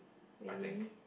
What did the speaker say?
really